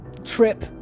trip